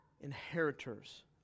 inheritors